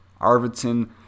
Arvidsson